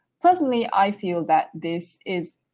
personally, i feel that this is